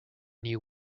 new